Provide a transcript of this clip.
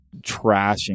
trashing